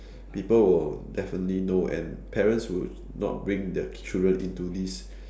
people will definitely know and parents would not bring their children into this